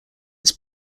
its